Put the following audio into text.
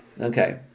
Okay